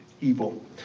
evil